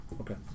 Okay